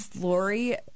Lori